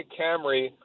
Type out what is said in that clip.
Camry